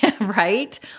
right